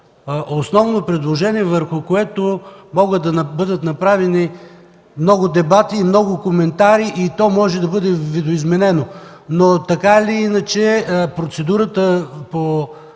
основно предложение, върху което могат да бъдат правени дебати, коментари и то може да бъде видоизменено, но, така или иначе, процедурата по